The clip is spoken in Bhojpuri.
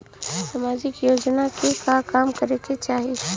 सामाजिक योजना में का काम करे के चाही?